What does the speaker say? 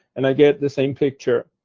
and i get the same picture.